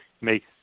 makes